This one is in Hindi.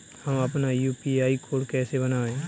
हम अपना यू.पी.आई कोड कैसे बनाएँ?